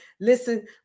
Listen